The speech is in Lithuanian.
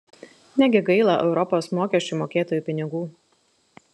negi gaila europos mokesčių mokėtojų pinigų